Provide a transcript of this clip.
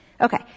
Okay